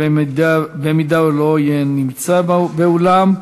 אם לא יהיה באולם,